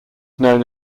known